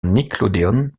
nickelodeon